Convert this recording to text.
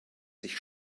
sich